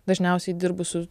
dažniausiai dirbu su